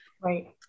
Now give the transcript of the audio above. right